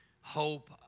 hope